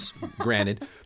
granted